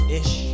ish